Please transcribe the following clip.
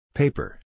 paper